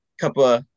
couple